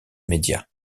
media